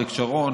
אריק שרון,